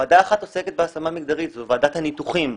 ועדה אחת עוסקת בהשמה מגדרית, זו ועדת הניתוחים.